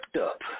up